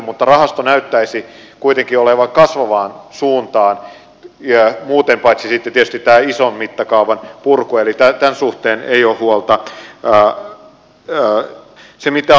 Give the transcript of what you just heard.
mutta rahasto näyttäisi kuitenkin olevan kasvavaan suuntaan muuten paitsi sitten tietysti tämä ison mittakaavan purku eli tämän suhteen ei ole huolta